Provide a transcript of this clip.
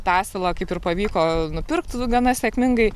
tą asilą kaip ir pavyko nupirkti gana sėkmingai